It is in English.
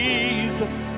Jesus